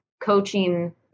coaching